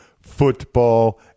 football